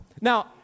Now